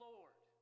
Lord